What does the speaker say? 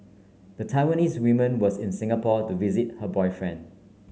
the Taiwanese woman was in Singapore to visit her boyfriend